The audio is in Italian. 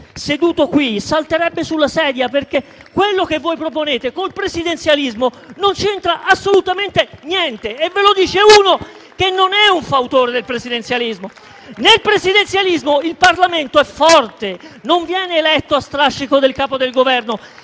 seduto qui, salterebbe sulla sedia, perché quello che voi proponete col presidenzialismo non c'entra assolutamente niente. E ve lo dice uno che non è un fautore del presidenzialismo. Nel presidenzialismo il Parlamento è forte, non viene eletto a strascico del Capo del Governo,